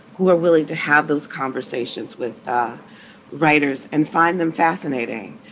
who are willing to have those conversations with writers and find them fascinating,